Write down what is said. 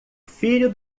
filho